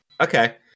Okay